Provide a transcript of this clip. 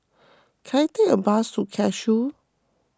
can I take a bus to Cashew